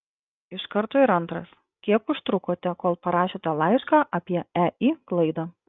iš karto ir antras kiek užtrukote kol parašėte laišką apie ei klaidą